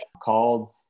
called